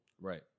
Right